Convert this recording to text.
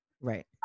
right